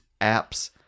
apps